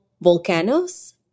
volcanoes